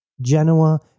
Genoa